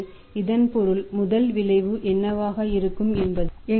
எனவே இதன் பொருள் முதல் விளைவு என்னவாக இருக்கும் என்பது